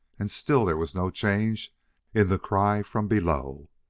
and still there was no change in the cry from below.